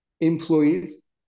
employees